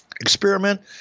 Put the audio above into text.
Experiment